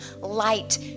light